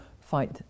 fight